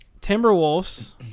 timberwolves